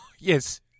Yes